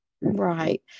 Right